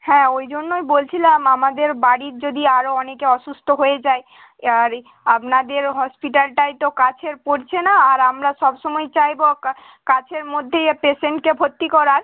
হ্যাঁ ওই জন্য বলছিলাম আমাদের বাড়ির যদি আরও অনেকে অসুস্থ হয়ে যায় আর এই আপনাদের হসপিটালটাই তো কাছের পড়ছে না আর আমরা সব সময়ই চাইবো কাছের মধ্যেই এ পেশেন্টকে ভর্তি করার